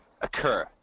occur